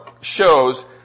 shows